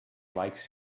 likes